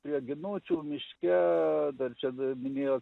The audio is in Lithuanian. prie ginučių miške dar čia davinėjo